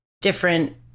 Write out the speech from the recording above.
different